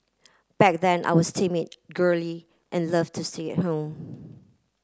back then I was timid girly and love to say at home